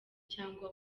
cyangwa